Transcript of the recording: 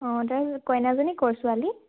অঁ তাৰ কইনাজনী ক'ৰ ছোৱালী